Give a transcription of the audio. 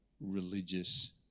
religious